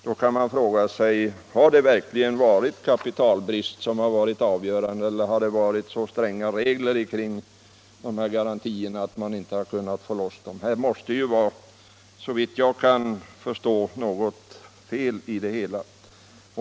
Då är frågan: Har verkligen kapitalbrist varit avgörande, eller har det varit så stränga regler kring garantierna att man inte har kunnat få loss pengarna? Här måste det såvitt jag kan förstå vara något fel i det hela.